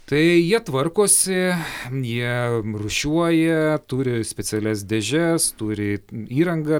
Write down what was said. tai jie tvarkosi jie rūšiuoja turi specialias dėžes turi įrangą